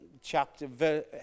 chapter